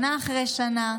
שנה אחרי שנה.